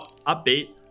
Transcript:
upbeat